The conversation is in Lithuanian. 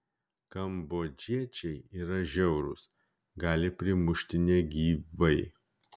kambodžiečiai yra žiaurūs gali primušti negyvai